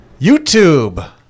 YouTube